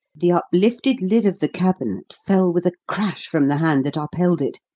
the uplifted lid of the cabinet fell with a crash from the hand that upheld it,